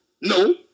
No